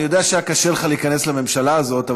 אני יודע שהיה קשה לך להיכנס לממשלה הזאת,